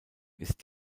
ist